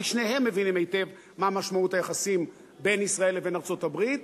כי שניהם מבינים היטב מה משמעות היחסים בין ישראל לבין ארצות-הברית.